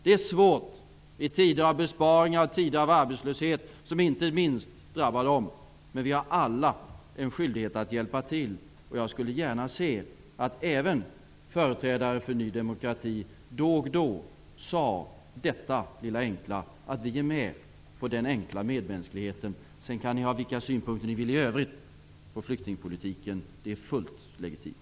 Det är svårt i tider av besparingar och arbetslöshet, som inte minst drabbar dem, men vi har alla en skyldighet att hjälpa till. Jag skulle gärna se att även företrädare för Ny demokrati då och då gör det lilla enkla uttalandet: Vi är med på den enkla medmänskligheten. Sedan kan ni ha vilka synpunkter ni vill i övrigt på flyktingpolitiken. Det är fullt legitimt.